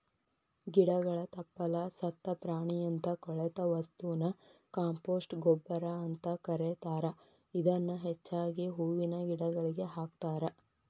ಗಿಡಗಳ ತಪ್ಪಲ, ಸತ್ತ ಪ್ರಾಣಿಯಂತ ಕೊಳೆತ ವಸ್ತುನ ಕಾಂಪೋಸ್ಟ್ ಗೊಬ್ಬರ ಅಂತ ಕರೇತಾರ, ಇದನ್ನ ಹೆಚ್ಚಾಗಿ ಹೂವಿನ ಗಿಡಗಳಿಗೆ ಹಾಕ್ತಾರ